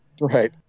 right